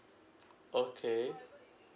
okay